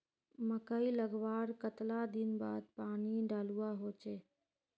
मकई लगवार कतला दिन बाद पानी डालुवा होचे?